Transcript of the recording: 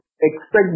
expect